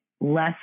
less